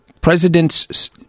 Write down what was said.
president's